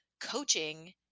coaching